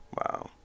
Wow